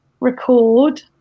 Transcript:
record